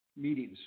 meetings